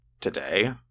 today